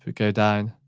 go down.